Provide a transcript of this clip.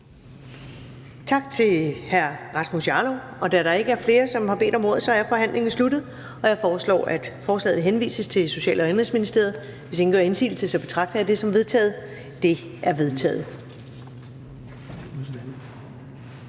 Tak til hr. Rasmus Jarlov. Da der ikke er flere, der har bedt om ordet, er forhandlingen sluttet. Jeg foreslår, at forslaget henvises til Social- og Indenrigsudvalget. Hvis ingen gør indsigelse, betragter jeg det som vedtaget. Det er vedtaget.